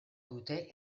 dute